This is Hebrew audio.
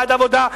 בעד עבודה,